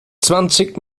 zwanzig